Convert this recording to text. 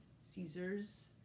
Caesar's